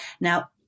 Now